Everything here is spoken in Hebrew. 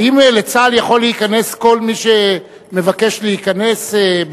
האם לצה"ל יכול להיכנס כל מי שמבקש להיכנס?